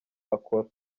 akora